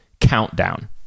countdown